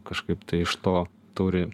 kažkaip tai iš to turi